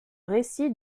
récit